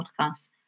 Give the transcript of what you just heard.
podcast